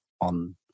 on